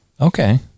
Okay